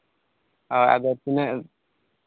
ᱦᱳᱭ ᱟᱫᱚ ᱛᱤᱱᱟᱹᱜ